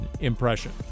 impression